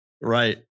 Right